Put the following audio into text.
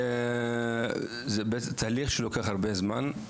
וזה תהליך שלוקח הרבה זמן,